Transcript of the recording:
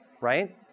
right